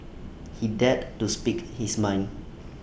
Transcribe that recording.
he dared to speak his mind